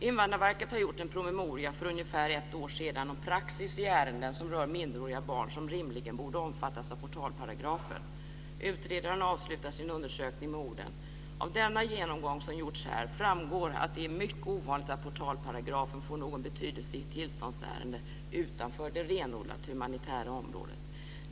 Invandrarverket har gjort en promemoria för ungefär ett år sedan om praxis i ärenden som rör minderåriga barn som rimligen borde omfattas av portalparagrafen. Utredaren avslutar sin undersökning med orden: Av den genomgång som gjorts här framgår att det är mycket ovanligt att portalparagrafen får någon betydelse i tillståndsärenden utanför det renodlat humanitära området.